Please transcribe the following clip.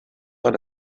dans